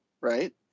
right